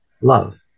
love